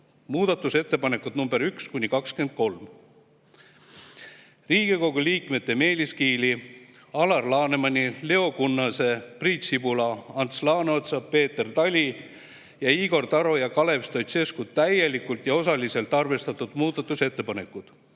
Muudatusettepanekud nr 1–23: Riigikogu liikmete Meelis Kiili, Alar Lanemani, Leo Kunnase, Priit Sibula, Ants Laaneotsa, Peeter Tali, Igor Taro ja Kalev Stoicescu täielikult ja osaliselt arvestatud muudatusettepanekud.